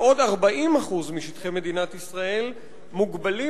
ועוד 40% משטחי מדינת ישראל מוגבלים